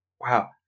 wow